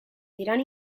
irán